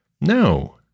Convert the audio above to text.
No